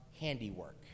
handiwork